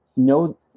No